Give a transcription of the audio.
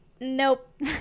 nope